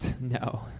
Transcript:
No